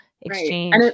exchange